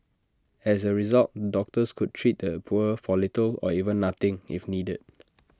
as A result doctors could treat the poor for little or even nothing if needed